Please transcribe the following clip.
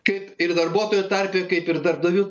kaip ir darbuotojų tarpe kaip ir darbdavių